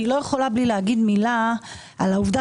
אני לא יכולה שלא לומר מילה על העובדה